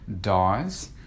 dies